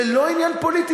זה לא עניין פוליטי.